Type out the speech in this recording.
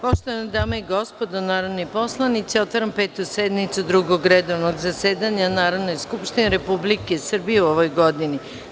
Poštovane dame i gospodo narodni poslanici, otvaram Petu sednicu Drugog redovnog zasedanja Narodne skupštine Republike Srbije u 2017. godini.